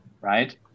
right